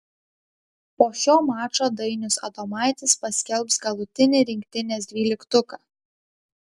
po šio mačo dainius adomaitis paskelbs galutinį rinktinės dvyliktuką